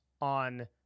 on